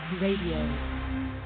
Radio